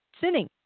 sinning